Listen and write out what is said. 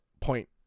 point